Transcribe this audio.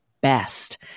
best